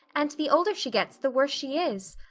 and the older she gets the worse she is.